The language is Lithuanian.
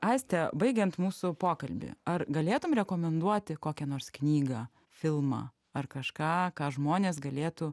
aiste baigiant mūsų pokalbį ar galėtum rekomenduoti kokią nors knygą filmą ar kažką ką žmonės galėtų